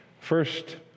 First